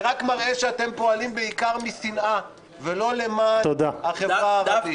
זה רק מראה שאתם פועלים בעיקר משנאה ולא למען החברה הערבית.